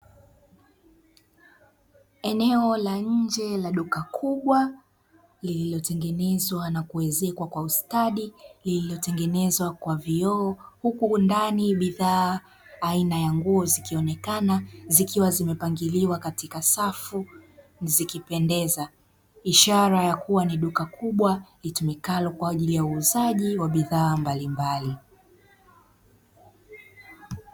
Eneo la nje la duka kubwa lililotengenezwa na kuwezeshwa kwa ustadi lililotengenezwa kwa vyoo huku ndani bidhaa aina ya nguo zikionekana zikiwa zimepangiliwa katika safu zikipendeza ishara ya kuwa ni duka kubwa itumikalo kwa ajili ya uuzaji wa bidhaa mbalimbali.